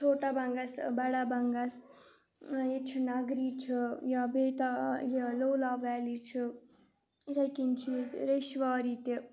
چھوٹا بَنگَس بَڑا بَنگَس ییٚتہِ چھِ نٔگری چھُ یا بےتا یہِ لولاب ویلی چھُ یِتھٕے کٔنۍ چھِ ییٚتہِ ریٚشواری تہِ